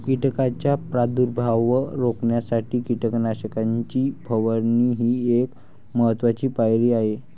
कीटकांचा प्रादुर्भाव रोखण्यासाठी कीटकनाशकांची फवारणी ही एक महत्त्वाची पायरी आहे